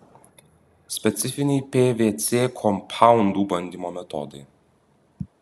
specifiniai pvc kompaundų bandymo metodai